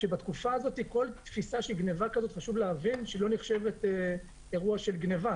ובתקופה הזאת כל תפיסה של גניבה כזאת לא נחשבת אירוע של גניבה,